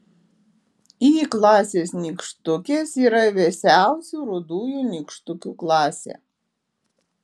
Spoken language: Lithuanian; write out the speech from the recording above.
y klasės nykštukės yra vėsiausių rudųjų nykštukių klasė